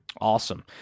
Awesome